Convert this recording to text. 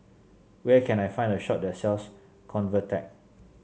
where can I find a shop that sells Convatec